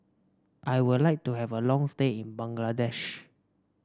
I would like to have a long stay in Bangladesh